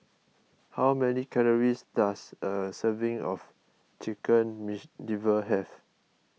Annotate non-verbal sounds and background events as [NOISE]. how many calories does a serving of Chicken [UNINTELLIGIBLE] Liver have